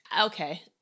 Okay